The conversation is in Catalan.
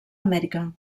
amèrica